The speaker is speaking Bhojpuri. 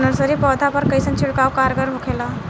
नर्सरी पौधा पर कइसन छिड़काव कारगर होखेला?